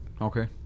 okay